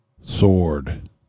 sword